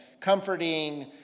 comforting